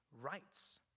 rights